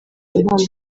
impamo